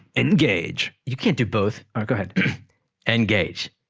engage you can't do both go ahead engage